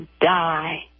die